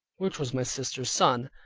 which was my sister's son.